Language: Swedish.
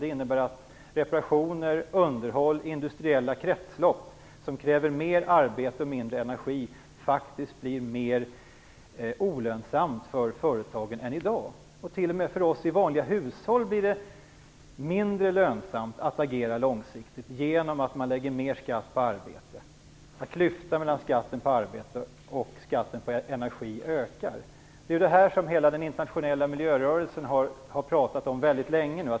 Det innebär att reparationer, underhåll och industriella kretslopp som kräver mer arbete och mindre energi faktiskt blir mer olönsamt för företagen än i dag. T.o.m. för oss i vanliga hushåll blir det mindre lönsamt att agera långsiktigt när man nu lägger mera skatt på arbete och klyftan mellan skatten på arbete och skatten på energi ökar. Detta har hela den internationella miljörörelsen talat om väldigt länge nu.